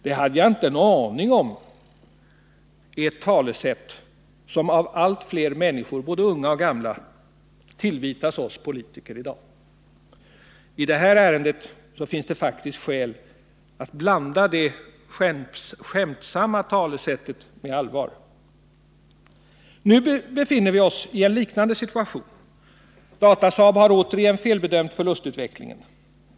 ”Det hade jag ingen aning om”, är ett talesätt som allt fler människor, både unga och gamla, lägger i munnen på oss politiker i dag. I det här ärendet finns det faktiskt skäl att blanda det skämtsamma talesättet med allvar. Nu befinner vi oss i en liknande situation. Datasaab har återigen felbedömt förlustutvecklingen.